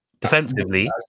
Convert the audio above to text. Defensively